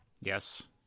yes